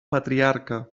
patriarca